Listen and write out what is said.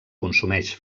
consumeix